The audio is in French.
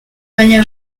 manière